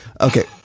Okay